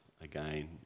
again